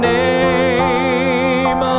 name